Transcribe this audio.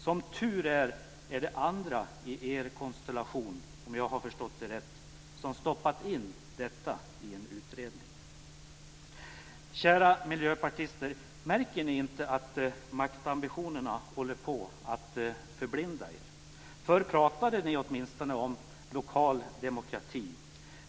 Som tur är har andra i er konstellation, om jag har förstått det rätt, stoppat in detta i en utredning. Kära miljöpartister, märker ni inte att maktambitionerna håller på att förblinda er? Förr pratade ni åtminstone om lokal demokrati.